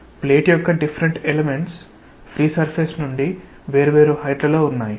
plate యొక్క విభిన్న elements free surface నుండి వేర్వేరు హైట్ లలో ఉంటాయి